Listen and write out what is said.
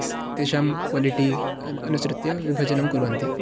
तेषां क्वालिटी अनुसृत्य विभजनं कुर्वन्ति